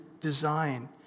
design